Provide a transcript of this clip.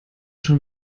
schon